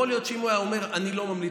יכול להיות שאם הוא היה אומר: אני לא ממליץ